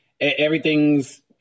Everything's